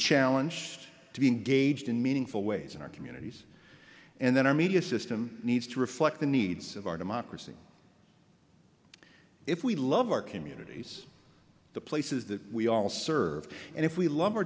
challenged to be engaged in meaningful ways in our communities and then our media system needs to reflect the needs of our democracy if we love our communities the places that we all serve and if we love our